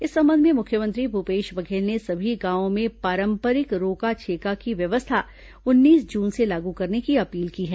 इस संबंध में मुख्यमंत्री भूपेश बघेल ने सभी गांवों में पारंपरिक रोका छेका की व्यवस्था उन्नीस जून से लागू करने की अपील की है